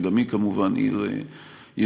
שגם היא כמובן עיר מעורבת,